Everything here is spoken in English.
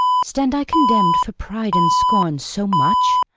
stand i condemn'd for pride and scorn so much?